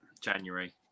January